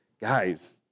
guys